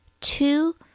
two